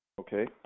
Okay